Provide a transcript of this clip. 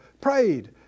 prayed